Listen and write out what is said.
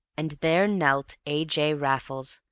and there knelt a. j. raffles,